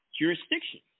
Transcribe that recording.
jurisdiction